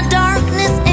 darkness